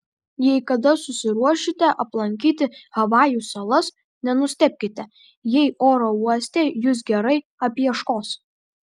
jei kada susiruošite aplankyti havajų salas nenustebkite jei oro uoste jus gerai apieškos